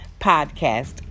podcast